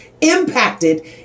impacted